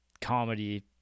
comedy